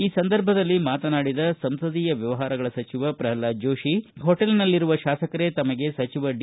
ಈ ಸಂದರ್ಭದಲ್ಲಿ ಮಾತನಾಡಿದ ಸಂಸದೀಯ ವ್ಯವಹಾರಗಳ ಸಚಿವ ಪ್ರಹ್ಲಾದ್ ಜೋಶಿ ಹೋಟೆಲ್ನಲ್ಲಿರುವ ಶಾಸಕರೇ ತಮಗೆ ಸಚಿವ ಡಿ